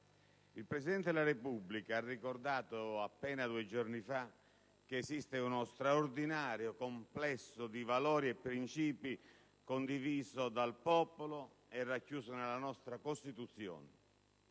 il Presidente della Repubblica ha ricordato, appena due giorni fa, che esiste uno straordinario complesso di valori e principi condiviso dal popolo e racchiuso nella nostra Costituzione.